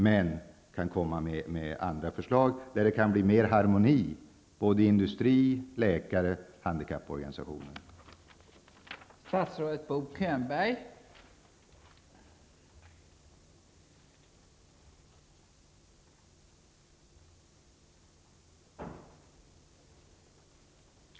Sedan kan man komma med andra förslag, som är i bättre harmoni med både industrins, läkarnas och handikapporganisationernas önskemål.